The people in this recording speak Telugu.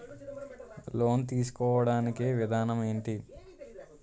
లోన్ తీసుకోడానికి విధానం ఏంటి?